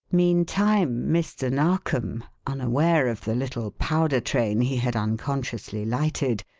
meantime mr. narkom, unaware of the little powder train he had unconsciously lighted,